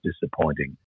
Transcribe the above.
disappointing